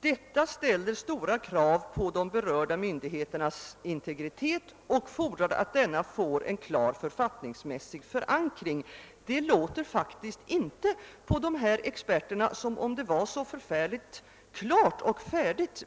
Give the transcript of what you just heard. ——— Detta ställer stora krav på de berörda myndigheternas integritet och fordrar att denna får en klar författningsmässig förankring.» Det låter inte på dessa experter som om det vore så klart och färdigt